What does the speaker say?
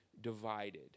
divided